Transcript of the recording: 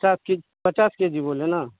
चल ठीक पचास के जी बोले ना